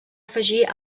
afegir